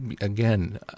again